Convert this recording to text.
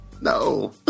No